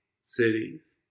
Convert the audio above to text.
cities